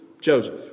Joseph